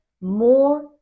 more